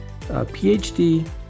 PhD